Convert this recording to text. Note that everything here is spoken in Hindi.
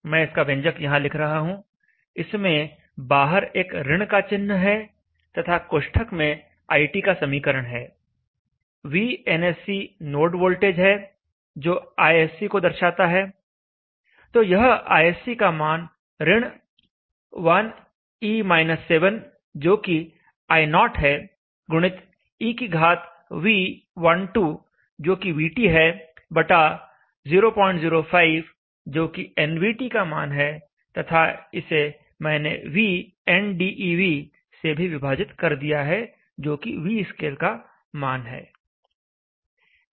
मैं इसका व्यंजक यहां लिख रहा हूं इसमें बाहर एक ऋण का चिन्ह है तथा कोष्ठक में iT का समीकरण है v नोड वोल्टेज है जो ISC को दर्शाता है तो यह ISC का मान ऋण 1e 7 जो कि I0 है गुणित e की घात v12 जो कि vT है बटा 005 जोकि nvT का मान है तथा इसे मैंने v से भी विभाजित कर दिया है जो कि Vscale का मान है